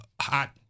hot